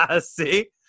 see